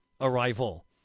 arrival